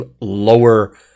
lower